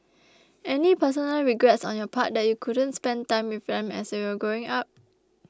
any personal regrets on your part that you couldn't spend time with them as they were growing up